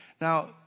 Now